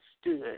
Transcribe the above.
stood